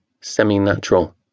semi-natural